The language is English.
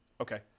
Okay